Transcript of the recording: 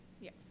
Yes